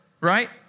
right